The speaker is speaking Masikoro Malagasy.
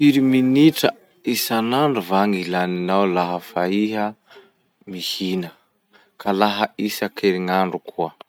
Firy minitra isanandro va gny laninao laha fa iha mihna? Ka laha isankerinandro koa?